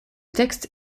texte